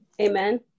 Amen